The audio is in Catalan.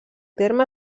terme